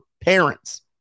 parents